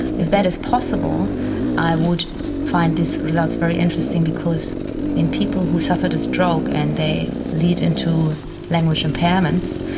if that is possible i would find these results very interesting because in people who suffered a stroke and they lead into language impairments,